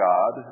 God